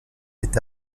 est